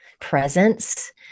presence